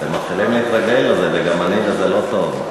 אתם מתחילים להתרגל לזה, וגם אני, וזה לא טוב.